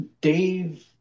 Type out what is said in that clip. Dave